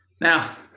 Now